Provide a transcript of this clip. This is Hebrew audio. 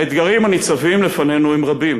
האתגרים הניצבים לפנינו הם רבים,